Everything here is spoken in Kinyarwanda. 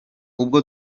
ubwo